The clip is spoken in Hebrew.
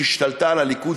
שהשתלטה על הליכוד,